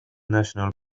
national